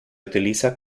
utiliza